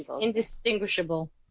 indistinguishable